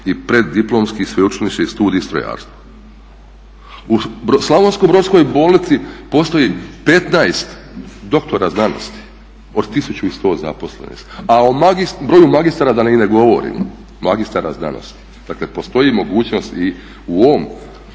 i preddiplomski sveučilišni studij strojarstva. U slavonsko-brodskoj bolnici postoji 15 doktora znanosti od 1100 zaposlenih, a o broju magistra da i ne govorim, magistara znanosti. Dakle, postoji mogućnost i u ovom